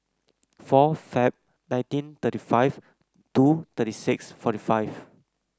four February nineteen thirty five two thirty six forty five